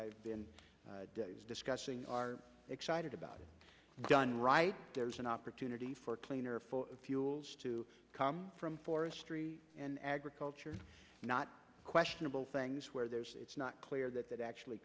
i've been discussing are excited about it done right there's an opportunity for cleaner fuels to come from forestry and agriculture not questionable things where there's it's not clear that that actually